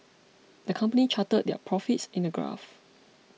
the company charted their profits in a graph